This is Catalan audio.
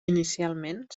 inicialment